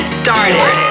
started